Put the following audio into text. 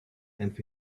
and